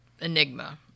Enigma